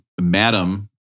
madam